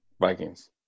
Vikings